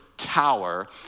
tower